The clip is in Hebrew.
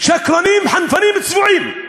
שקרנים, חנפנים, צבועים.